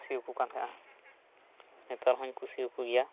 ᱠᱤᱥᱤ ᱟᱠᱚᱠᱟᱱ ᱛᱟᱦᱮᱸᱱᱟ ᱱᱮᱛᱟᱨ ᱦᱚᱸᱧ ᱠᱩᱥᱤᱭᱟᱠᱚ ᱜᱮᱭᱟ